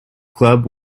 club